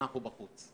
אנחנו בחוץ.